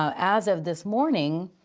so as of this morning,